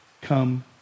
come